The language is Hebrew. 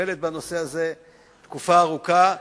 שמטפלת בנושא הזה תקופה ארוכה,